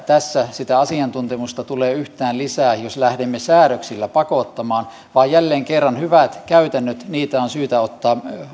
tässä sitä asiantuntemusta tulee yhtään lisää jos lähdemme säädöksillä pakottamaan vaan jälleen kerran hyvistä käytännöistä on syytä ottaa